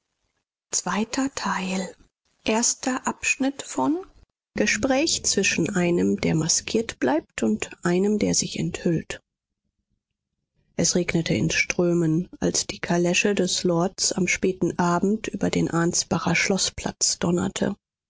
zwischen einem der maskiert bleibt und einem der sich enthüllt es regnete in strömen als die kalesche des lords am späten abend über den ansbacher schloßplatz donnerte